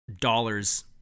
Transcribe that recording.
dollars